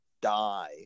die